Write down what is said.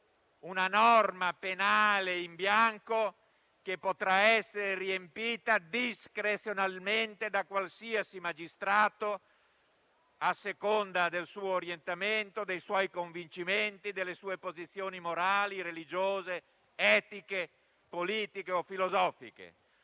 una norma penale in bianco, che potrà essere riempita discrezionalmente da qualsiasi magistrato a seconda del suo orientamento, dei suoi convincimenti, delle sue posizioni morali, religiose, etiche, politiche o filosofiche.